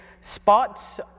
spots